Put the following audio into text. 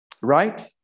right